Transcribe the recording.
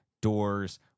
Doors